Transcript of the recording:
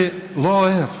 אני לא אוהב,